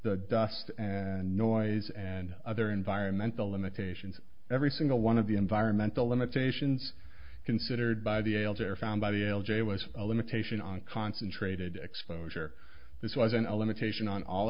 the dust and noise and other environmental limitations every single one of the environmental limitations considered by the elder found by the l j was a limitation on concentrated exposure this wasn't a limitation on all